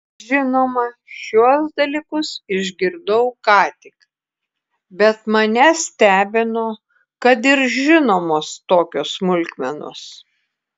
žinoma šiuos dalykus išgirdau ką tik bet mane stebino kad ir žinomos tokios smulkmenos